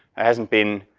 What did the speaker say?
it hasn't been